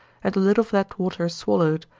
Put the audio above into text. and a little of that water swallowed,